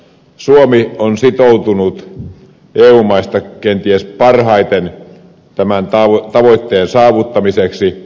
suomi on sitoutunut eu maista kenties parhaiten tämän tavoitteen saavuttamiseen